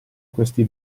questi